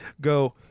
go